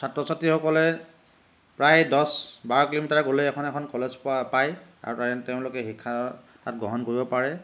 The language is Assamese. ছাত্ৰ ছাত্ৰীসকলে প্ৰায় দহ বাৰ কিলোমিটাৰ গ'লে এখন এখন কলেজ পায় আৰু তেওঁলোকে শিক্ষা তাত গ্ৰহণ কৰিব পাৰে